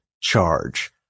charge